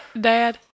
dad